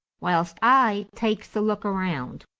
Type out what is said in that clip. whilst i takes a look round.